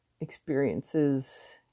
experiences